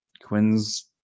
Quinn's